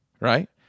Right